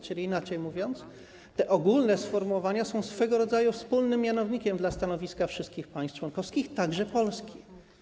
Czyli, inaczej mówiąc, te ogólne sformułowania są swego rodzaju wspólnym mianownikiem dla stanowiska wszystkich państw członkowskich, także Polski.